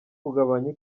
kugabanya